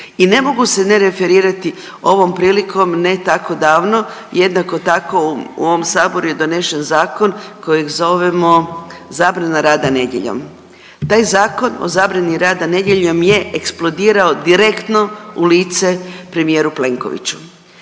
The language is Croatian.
I ne mogu se ne referirati ovom prilikom, ne tako davno, jednako tako u ovom Saboru je donešen zakon kojeg zovemo zabrana rada nedjeljom. Taj zakon o zabrani rada nedjeljom je eksplodirao direktno u lice premijeru Plenkoviću.